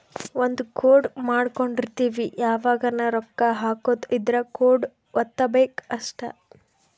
ಒಂದ ಕೋಡ್ ಮಾಡ್ಕೊಂಡಿರ್ತಿವಿ ಯಾವಗನ ರೊಕ್ಕ ಹಕೊದ್ ಇದ್ರ ಕೋಡ್ ವತ್ತಬೆಕ್ ಅಷ್ಟ